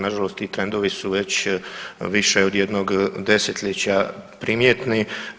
Na žalost ti trendovi su već više od jednog desetljeća primjetni.